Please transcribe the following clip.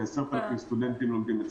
כ-10,000 סטודנטים לומדים אצלנו.